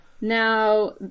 now